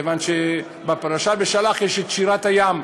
כיוון שבפרשת בשלח יש שירת הים.